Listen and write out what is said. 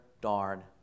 darn